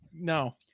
No